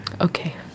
Okay